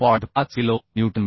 5 kilonewton मिळतील